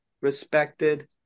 respected